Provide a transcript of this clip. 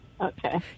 Okay